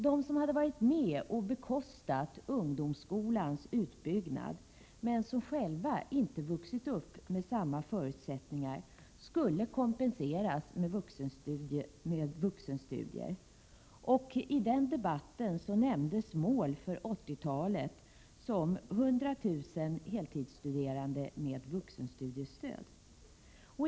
De som hade varit med och bekostat ungdomsskolans utbyggnad, men som inte själva vuxit upp med samma förutsättningar, skulle kompenseras med vuxenstudier. Och i debatten nämndes mål för 80-talet som 100 000 heltidsstuderande med vuxenstudiestöd.